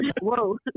Whoa